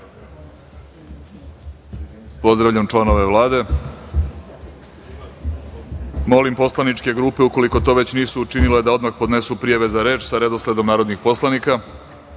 članove Vlade. Molim poslaničke grupe ukoliko to već nisu učinile da odmah podnesu prijave za reč sa redosledom narodnih poslanika. Saglasno